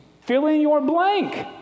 fill-in-your-blank